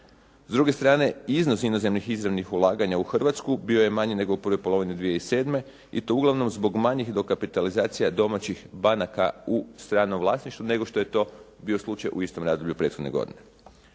S druge strane iznos inozemnih izravnih ulaganja u Hrvatsku bio je manji nego u prvoj polovini 2007. i to uglavnom zbog manjih dokapitalizacija domaćih banaka u stranom vlasništvu nego što je to bio slučaj u istom razdoblju prethodne godine.